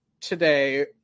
today